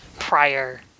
prior